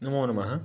नमोनमः